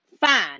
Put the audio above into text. Fine